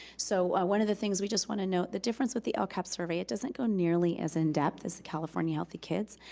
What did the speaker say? so one of the things we just wanna note, the difference with the lcap survey, it doesn't go nearly in depth as the california healthy kids,